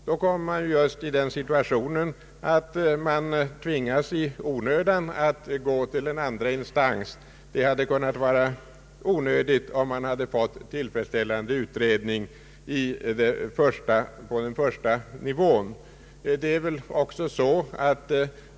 Då hamnar man just i den situationen att man i onödan tvingas gå till en andra instans, vilket hade kunnat vara onödigt, om man redan på den första nivån haft en tillfredsställande utredning.